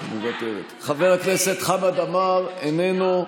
חבר הכנסת חמד עמאר, איננו,